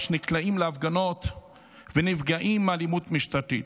שנקלעים להפגנות ונפגעים מאלימות משטרתית.